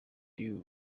deuce